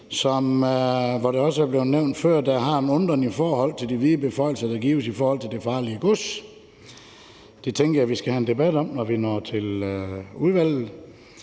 som det også er blevet nævnt før – udtrykkes en undren over de vide beføjelser, der gives i forhold til det farlige gods. Det tænker jeg vi skal have en debat om, når vi når til